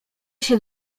się